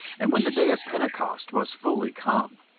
and when the day of pentecost was fully come,